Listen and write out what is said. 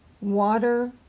Water